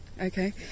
Okay